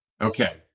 Okay